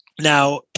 Now